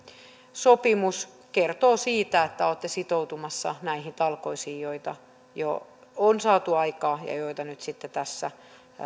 sopimus kertoo siitä että olette sitoutumassa näihin talkoisiin joita jo on saatu aikaan ja joita nyt tässä